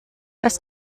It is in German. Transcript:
das